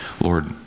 Lord